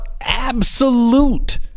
absolute